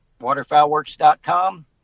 waterfowlworks.com